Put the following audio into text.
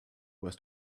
was